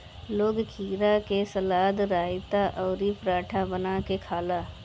लोग खीरा से सलाद, रायता अउरी पराठा बना के खाला